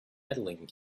medaling